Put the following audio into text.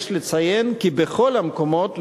יש לציין כי בכל המקומות,